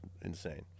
insane